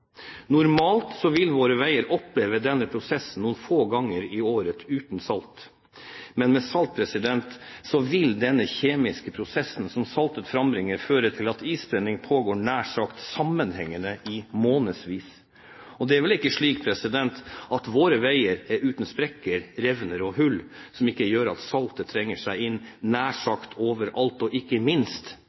Normalt vil våre veier oppleve denne prosessen noen få ganger i året uten salt, men med salt vil denne kjemiske prosessen som saltet frambringer, føre til at issprengingen pågår nær sagt sammenhengende i månedsvis. Det er vel ikke slik at våre veier er uten sprekker, revner og hull som gjør at ikke saltet trenger seg inn nær sagt over alt, ikke minst